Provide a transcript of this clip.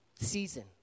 season